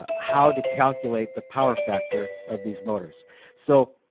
ah how to calculate the power factor of these motors so